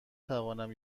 توانم